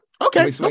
okay